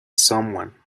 someone